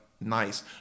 nice